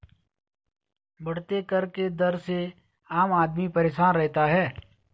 बढ़ते कर के दर से आम आदमी परेशान रहता है